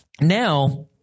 now